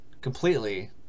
completely